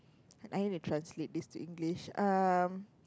I need to translate this to English um